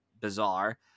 bizarre